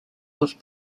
was